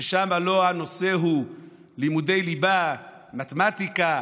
ששם הנושא הוא לא לימודי ליבה מתמטיקה,